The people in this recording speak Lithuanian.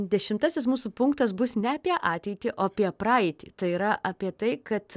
dešimtasis mūsų punktas bus ne apie ateitį o apie praeitį tai yra apie tai kad